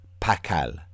Pakal